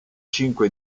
cinque